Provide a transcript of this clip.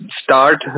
start